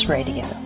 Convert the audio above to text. Radio